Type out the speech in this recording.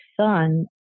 son